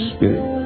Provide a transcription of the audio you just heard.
Spirit